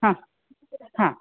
हां हां